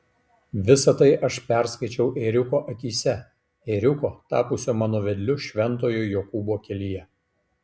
visa tai aš perskaičiau ėriuko akyse ėriuko tapusio mano vedliu šventojo jokūbo kelyje